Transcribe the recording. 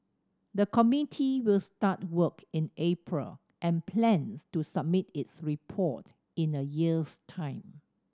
the committee will start work in April and plans to submit its report in a year's time